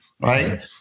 right